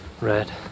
red